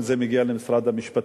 8140,